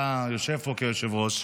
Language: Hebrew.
אתה יושב פה כיושב-ראש,